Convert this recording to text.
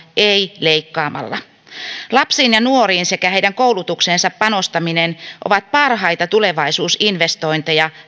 ei ei leikkaamalla lapsiin ja nuoriin sekä heidän koulutukseensa panostaminen ovat parhaita tulevaisuusinvestointeja